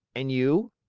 and you?